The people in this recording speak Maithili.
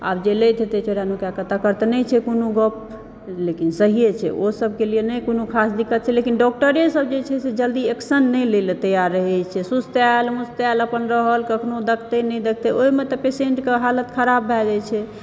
आबऽ जे लैत हेतै चोरानुका कऽ तकर तऽ नहि छै कोनो गप्प लेकिन सहिये छै ओहि सबके लियऽ नहि कोनो खास दिक्कत छै लेकिन डॉक्टरे सब जे छै से जल्दी एक्शन नहि ने लै लय तैयार रहै छै सुस्ताएल मुस्ताएल अपन रहल कखनौ देखतै नहि देखतै ओहिमे तऽ पेशेंटके हालत खराब भऽ जाइ छै